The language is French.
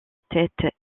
tête